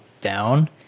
down